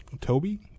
Toby